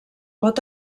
pot